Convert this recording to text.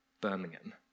Birmingham